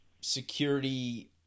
security